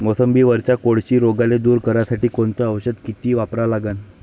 मोसंबीवरच्या कोळशी रोगाले दूर करासाठी कोनचं औषध किती वापरा लागन?